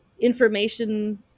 information